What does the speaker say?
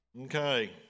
Okay